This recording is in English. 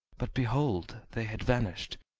but, behold! they had vanished,